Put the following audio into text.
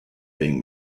being